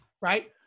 right